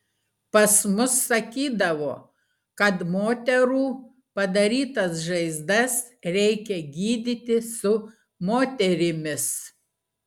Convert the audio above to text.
pas mus sakydavo kad moterų padarytas žaizdas reikia gydyti su moterimis